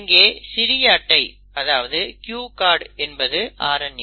இங்கே சிறிய அட்டை அதாவது க்யு கார்ட் என்பது RNA